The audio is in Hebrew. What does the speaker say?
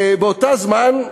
באותו זמן,